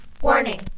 Warning